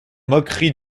moquerie